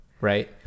right